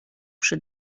przy